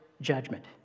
judgment